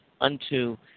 unto